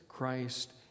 Christ